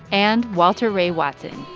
and walter ray watson.